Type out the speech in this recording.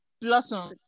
Blossom